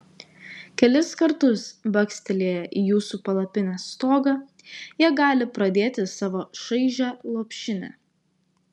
kelis kartus bakstelėję į jūsų palapinės stogą jie gali pradėti savo šaižią lopšinę